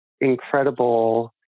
incredible